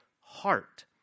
heart